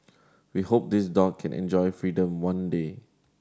we hope this dog can enjoy freedom one day